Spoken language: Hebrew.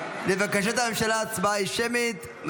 לבקשת הממשלה ההצבעה היא שמית.